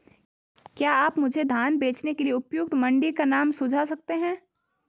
क्या आप मुझे धान बेचने के लिए उपयुक्त मंडी का नाम सूझा सकते हैं?